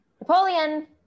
Napoleon